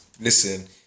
listen